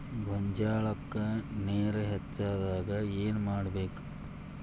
ಗೊಂಜಾಳಕ್ಕ ನೇರ ಹೆಚ್ಚಾದಾಗ ಏನ್ ಮಾಡಬೇಕ್?